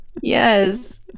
yes